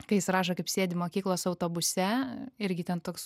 kai jis rašo kaip sėdi mokyklos autobuse irgi ten toks